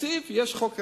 התקציב יש חוק הסדרים.